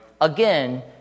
Again